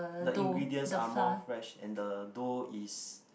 the ingredients are more fresh and the dough is